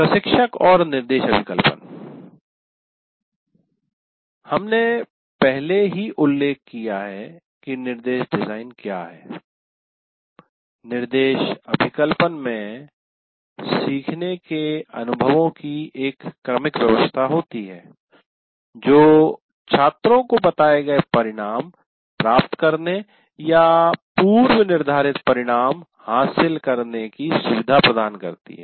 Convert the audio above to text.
प्रशिक्षक और निर्देश अभिकल्पन हमने पहले ही उल्लेख किया है कि निर्देश डिजाइन क्या है निर्देश अभिकल्पन में सीखने के अनुभवों की एक क्रमिक व्यवस्था होती है जो छात्रों को बताए गए परिणाम प्राप्त करने या पूर्व निर्धारित परिणाम हासिल करने की सुविधा प्रदान करती है